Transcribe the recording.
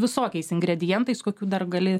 visokiais ingredientais kokių dar gali